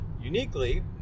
uniquely